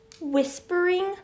whispering